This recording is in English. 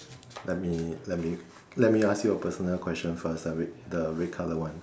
let me let me let me ask you a personal question first the red the red color one